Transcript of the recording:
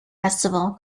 festival